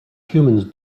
humans